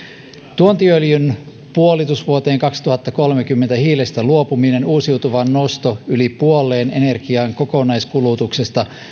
tuontiöljyn puolitus vuoteen kaksituhattakolmekymmentä hiilestä luopuminen uusiutuvan nosto yli puoleen energian kokonaiskulutuksesta